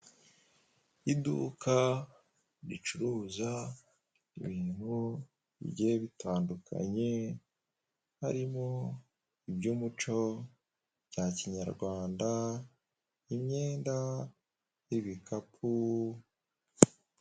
Iduka ricuruza ibintu bigiye bitandukanye, harimo iby'umuco bya Kinyarwanda, imyenda ibikapu,...